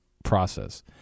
process